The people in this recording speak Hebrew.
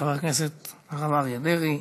חבר הכנסת אריה דרעי.